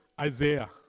Isaiah